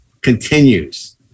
continues